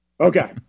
Okay